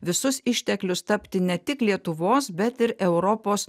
visus išteklius tapti ne tik lietuvos bet ir europos